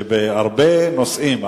בהרבה נושאים,